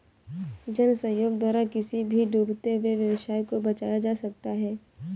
जन सहयोग द्वारा किसी भी डूबते हुए व्यवसाय को बचाया जा सकता है